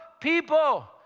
people